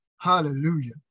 Hallelujah